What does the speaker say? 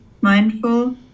mindful